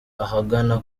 ahagana